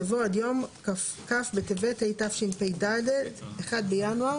יבוא "עד יום כ' בטבת התשפ"ד (1 בינואר